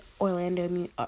Orlando